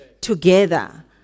together